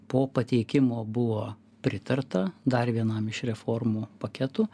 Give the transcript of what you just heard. po pateikimo buvo pritarta dar vienam iš reformų paketų